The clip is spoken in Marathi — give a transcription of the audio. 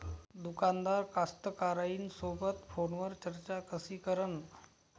दुकानदार कास्तकाराइसोबत फोनवर चर्चा कशी करन?